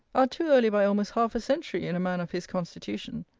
are too early by almost half a century in a man of his constitution.